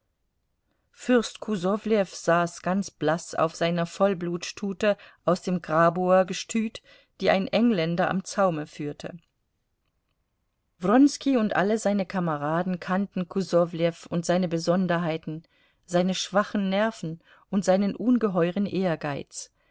fürst kusowlew saß ganz blaß auf seiner vollblutstute aus dem grabower gestüt die ein engländer am zaume führte wronski und alle seine kameraden kannten kusowlew und seine besonderheiten seine schwachen nerven und seinen ungeheueren ehrgeiz